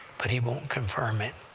but he won't confirm it,